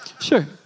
Sure